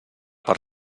per